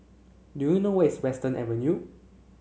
do you know where is Western Avenue